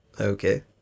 Okay